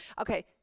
Okay